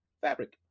fabric